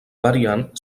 variant